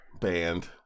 band